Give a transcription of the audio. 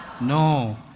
no